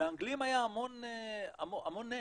לאנגלים היה המון נפט,